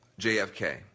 JFK